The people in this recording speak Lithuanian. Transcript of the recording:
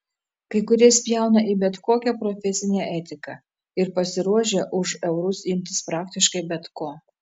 kai kurie spjauna į bet kokią profesinę etiką ir pasiruošę už eurus imtis praktiškai bet ko